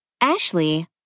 Ashley